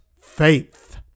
faith